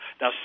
Now